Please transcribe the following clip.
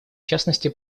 частности